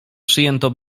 przyjęto